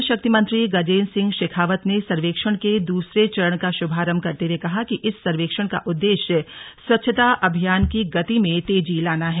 जलशक्ति मंत्री गजेन्द्र सिंह शेखावत ने सर्वेक्षण के दूसरे चरण का शुभारम्भ करते हुए कहा कि इस सर्वेक्षण का उद्देश्य स्वच्छ्ता अभियान की गति में तेजी लाना है